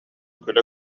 күлэ